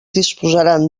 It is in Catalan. disposaran